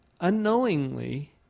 unknowingly